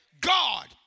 God